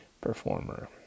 performer